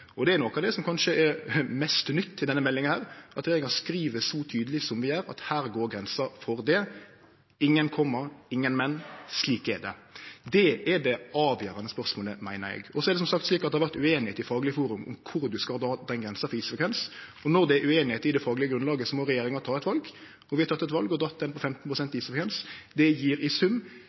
Og det er noko av det som kanskje er mest nytt i denne meldinga, at regjeringa skriv så tydeleg som vi gjer, at her går grensa for det. Ingen komma, ingen «men» – slik er det. Det er det avgjerande spørsmålet, meiner eg. Så er det som sagt slik at det har vore ueinigheit i Faglig forum om kor ein skal dra den grensa for isfrekvens, og når det er ueinigheit i det faglege grunnlaget, må regjeringa ta eit val. Vi har teke eit val og dratt ho på 15 pst. isfrekvens. Det gjev i sum